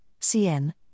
CN